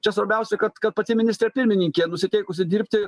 čia svarbiausia kad kad pati ministrė pirmininkė nusiteikusi dirbti